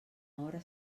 hora